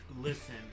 listen